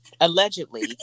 Allegedly